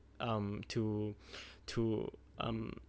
um to to um